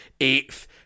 eighth